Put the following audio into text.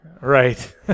Right